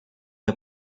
the